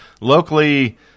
locally